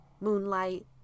moonlight